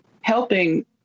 helping